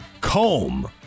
Comb